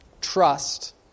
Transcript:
trust